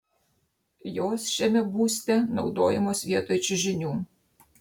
jos šiame būste naudojamos vietoj čiužinių